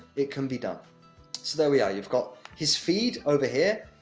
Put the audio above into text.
it can be done. so there we are, you've got his feed over here,